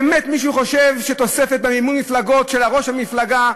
באמת מישהו חושב שתוספת במימון המפלגות של ראש המפלגה,